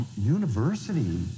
University